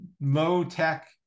low-tech